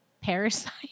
parasite